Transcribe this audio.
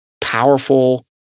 powerful